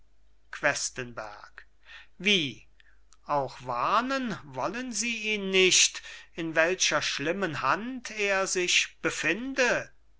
questenberg wie auch warnen wollen sie ihn nicht in welcher schlimmen hand er sich befinde